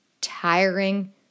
tiring